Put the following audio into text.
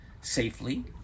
safely